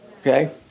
Okay